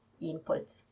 input